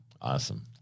Awesome